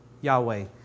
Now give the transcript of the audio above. Yahweh